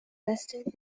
resting